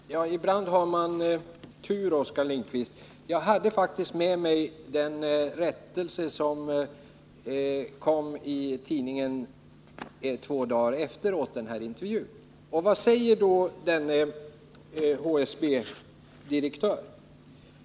Fru talman! Ibland har man tur. Jag har faktiskt med mig den rättelse som kom i tidningen två dagar efter intervjun. Och vad säger då denne HSB-direktör?